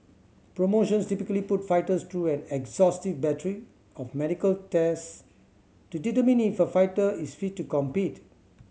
promotions typically put fighters through an exhaustive battery of medical tests to determine if a fighter is fit to compete